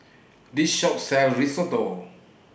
This Shop sells Risotto